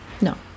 No